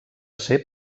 ser